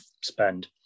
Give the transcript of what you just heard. spend